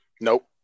Nope